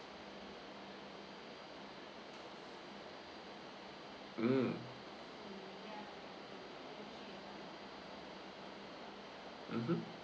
mm mmhmm